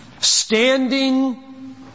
standing